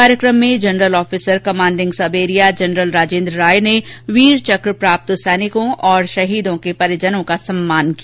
कार्यकम में general officer commanding sub area major general Rajendra Rai ने वीर चक प्राप्त सैनिकों और शहीदों के परिजनों का सम्मान किया